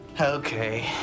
Okay